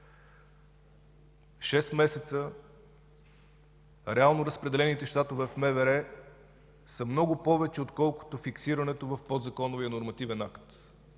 месеца реално разпределените щатове в МВР са много повече, отколкото фиксираното в подзаконовия нормативен акт.